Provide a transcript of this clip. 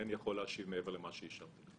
אינני יכול להשיב מעבר למה שהשבתי.